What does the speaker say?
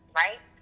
right